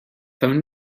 phone